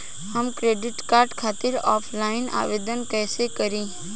हम credit card खातिर offline आवेदन कइसे करि?